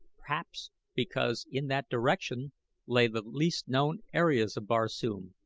perhaps because in that direction lay the least known areas of barsoom,